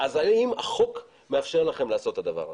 האם החוק מאפשר לכם לעשות את הדבר הזה?